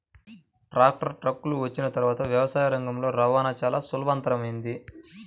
tractor, ట్రక్కులు వచ్చిన తర్వాత వ్యవసాయ రంగంలో రవాణా చాల సులభతరమైంది